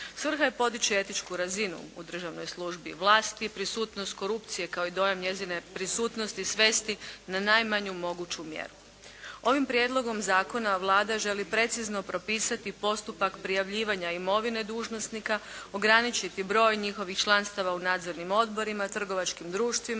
Svrha je podići etičku razinu u državnoj službi i vlasti, prisutnost korupcije kao i dojam njezine prisutnosti svesti na najmanju moguću mjeru. Ovim prijedlogom zakona Vlada želi precizno propisati postupak prijavljivanja imovine dužnosnika, ograničiti broj njihovih članstava u nadzornim odborima, trgovačkim društvima,